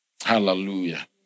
Hallelujah